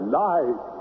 life